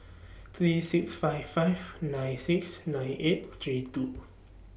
three six five five nine six nine eight three two